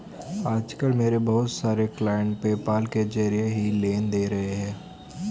आज कल मेरे बहुत सारे क्लाइंट पेपाल के जरिये ही लेन देन करते है